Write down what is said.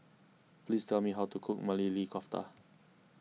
please tell me how to cook Maili Kofta